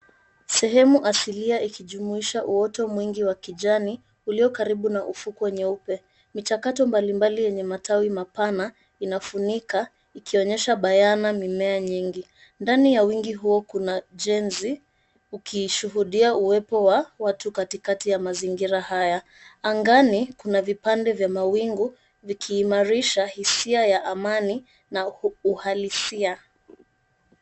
Sehemu asilia ikijumuisha uoto mwingi wa kijani ulio karibu na ufukwe nyeupe. Michakato mbalimbali yenye matawi mapana inafunika, ikionyesha bayana mimea nyingi. Ndani ya wingi huo kuna jenzi ukiishuhudia uwepo wa watu katikati ya mazingira haya. Angani kuna vipande vya mawingu, vikiimarisha hisia ya amani na uhalisia.